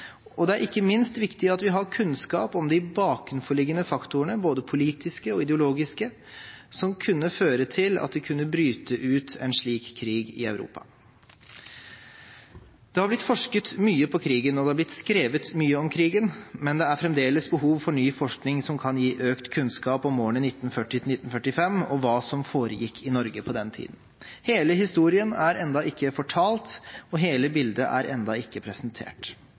og det er ikke minst viktig at vi har kunnskap om de bakenforliggende faktorene, både politiske og ideologiske, som kunne føre til at det kunne bryte ut en slik krig i Europa. Det har blitt forsket mye på krigen, og det har blitt skrevet mye om krigen, men det er fremdeles behov for ny forskning som kan gi økt kunnskap om årene 1940–1945, og om hva som foregikk i Norge på den tiden. Hele historien er ennå ikke fortalt, og hele bildet er ennå ikke presentert.